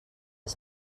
els